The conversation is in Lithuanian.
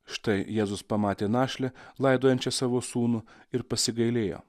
štai jėzus pamatė našlę laidojančią savo sūnų ir pasigailėjo